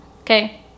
okay